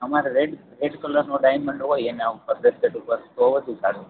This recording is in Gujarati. અમારે રેડ રેડ કલરનો ડાયમંડ હોય એના ઉપર બ્રેસ્લેટ ઉપર તો વધુ સારું